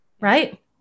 right